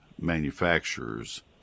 manufacturers